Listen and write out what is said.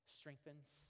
strengthens